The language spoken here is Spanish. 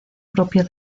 propio